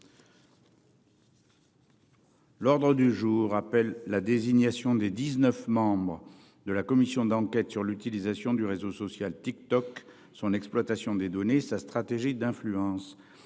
L'ordre du jour appelle la désignation des 19 membres de la commission d'enquête sur l'utilisation du réseau social TikTok son exploitation des données sa stratégie d'influence